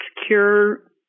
secure